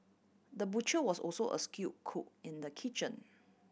the butcher was also a skill cook in the kitchen